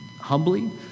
humbly